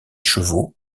chevaux